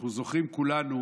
אנחנו זוכרים כולנו